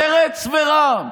מרצ ורע"מ.